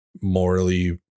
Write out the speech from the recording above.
morally